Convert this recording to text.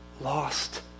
lost